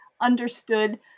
understood